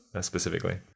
specifically